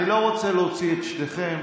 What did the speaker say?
אני לא רוצה להוציא את שניכם.